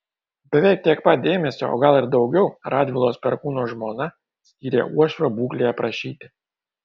beveik tiek pat dėmesio o gal ir daugiau radvilos perkūno žmona skyrė uošvio būklei aprašyti